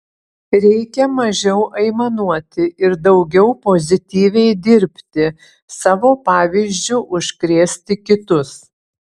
reikia mažiau aimanuoti ir daugiau pozityviai dirbti savo pavyzdžiu užkrėsti kitus